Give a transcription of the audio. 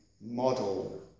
model